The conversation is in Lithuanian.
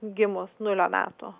gimus nulio metų